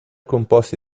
composti